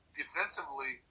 defensively